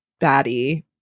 baddie